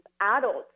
adults